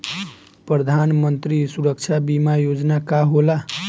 प्रधानमंत्री सुरक्षा बीमा योजना का होला?